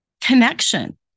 connection